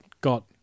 got